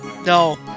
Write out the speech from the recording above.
No